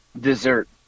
dessert